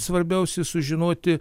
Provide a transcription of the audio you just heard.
svarbiausia sužinoti